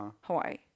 Hawaii